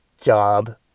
Job